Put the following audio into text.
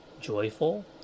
joyful